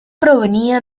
provenía